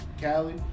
Cali